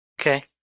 Okay